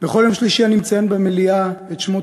בכל יום שלישי אני מציין במליאה את שמות